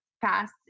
fast